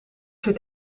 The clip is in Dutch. zit